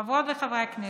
חברות וחברי הכנסת,